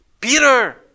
Peter